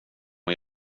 att